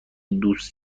دوست